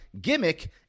Gimmick